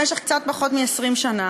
במשך קצת פחות מ-20 שנה,